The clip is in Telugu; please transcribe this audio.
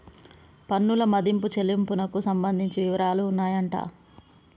పన్నుల మదింపు చెల్లింపునకు సంబంధించిన వివరాలు ఉన్నాయంట